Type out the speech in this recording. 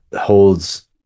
holds